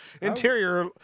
Interior